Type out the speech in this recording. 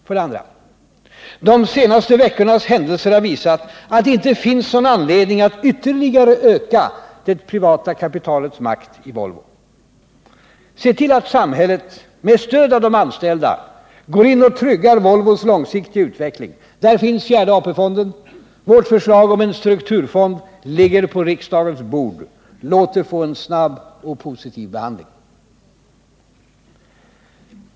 För det andra: De senaste veckornas händelser har visat att det inte finns någon anledning att ytterligare öka det privata kapitalets makt i Volvo. Se till att samhället med stöd av de anställda går in och tryggar Volvos långsiktiga utveckling. Där finns fjärde AP-fonden. Vårt förslag om en strukturfond ligger på riksdagens bord. Låt det få en snabb och positiv behandling.